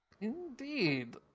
Indeed